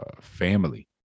family